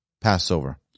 Passover